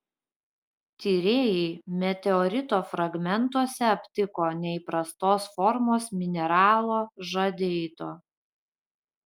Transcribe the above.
tyrėjai meteorito fragmentuose aptiko neįprastos formos mineralo žadeito